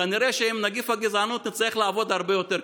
כנראה שעם נגיף הגזענות נצטרך לעבוד הרבה יותר קשה.